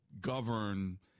govern